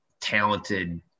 talented